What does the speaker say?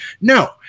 No